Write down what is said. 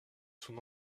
son